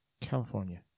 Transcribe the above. California